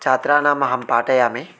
छात्राणामहं पाठयामि